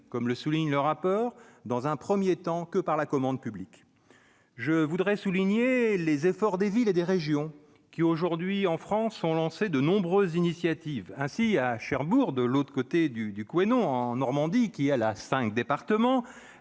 comme le souligne le rapport, dans un 1er temps que par la commande publique, je voudrais souligner les efforts des villes et des régions qui aujourd'hui en France ont lancé de nombreuses initiatives ainsi à Cherbourg, de l'autre côté du du Couesnon en Normandie, qui a la 5 départements,